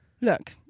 look